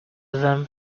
them